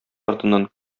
артыннан